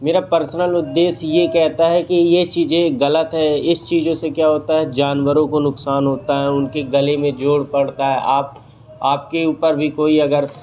मेरा पर्सनल उ द्देश्य ये कहता है कि ये चीज़े ग़लत हैं इस चीज़ों से क्या होता है जानवरों को नुक़सान होता है उनके गले में ज़ोर पड़ता है आप आपके ऊपर भी कोई अगर